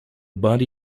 body